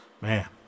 Man